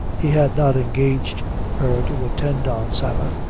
he had not engaged her to attend on sarah,